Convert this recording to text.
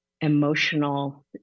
emotional